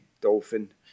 dolphin